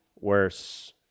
worse